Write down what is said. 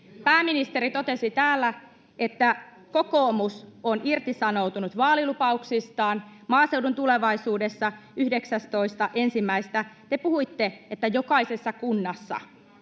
Pääministeri totesi täällä, että kokoomus on irtisanoutunut vaalilupauksistaan. Maaseudun Tulevaisuudessa 19.1. te puhuitte, että ”jokaisessa kunnassa”.